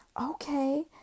Okay